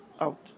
out